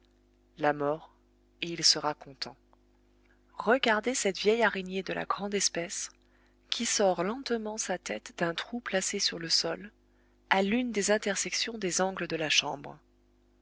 la mort et il sera content regardez cette vieille araignée de la grande espèce qui sort lentement sa tête d'un trou placé sur le sol à l'une des intersections des angles de la chambre